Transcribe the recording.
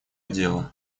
дела